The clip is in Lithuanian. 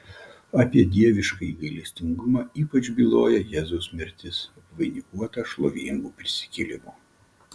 apie dieviškąjį gailestingumą ypač byloja jėzaus mirtis apvainikuota šlovingu prisikėlimu